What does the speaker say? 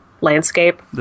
landscape